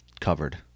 covered